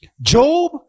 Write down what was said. Job